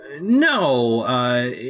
No